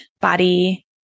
body